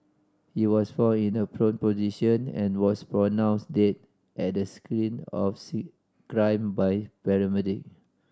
he was found in a prone position and was pronounced dead at the screen of see crime by paramedic